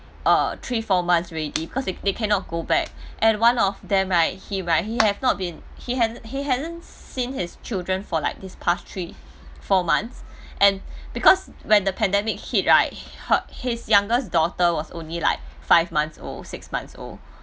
uh three four months already because they they cannot go back and one of them right he right he have not been he ha~ he hasn't seen his children for like this pass three four months and because when the pandemic hit right h~ her his youngest daughter was only like five months old six months old